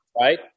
right